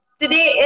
today